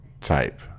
type